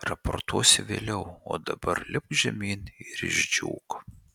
raportuosi vėliau o dabar lipk žemyn ir išdžiūk